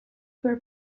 were